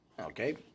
Okay